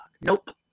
nope